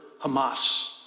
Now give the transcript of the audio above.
Hamas